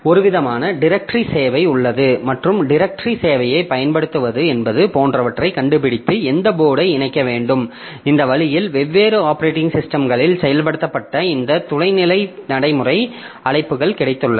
ஒருவிதமான டிரேக்டரி சேவை உள்ளது மற்றும் டிரேக்டரி சேவைகளைப் பயன்படுத்துவது என்பது போன்றவற்றைக் கண்டுபிடித்து எந்த போர்ட்டை இணைக்க வேண்டும் இந்த வழியில் வெவ்வேறு ஆப்பரேட்டிங் சிஸ்டம்களில் செயல்படுத்தப்பட்ட இந்த தொலைநிலை நடைமுறை அழைப்புகள் கிடைத்துள்ளன